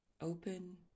open